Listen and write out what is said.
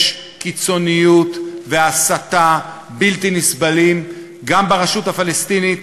יש קיצוניות והסתה בלתי נסבלות גם ברשות הפלסטינית,